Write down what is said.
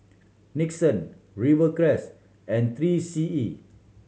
Nixon Rivercrest and Three C E